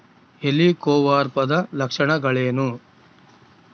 ಹೆಲಿಕೋವರ್ಪದ ಲಕ್ಷಣಗಳೇನು?